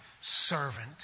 servant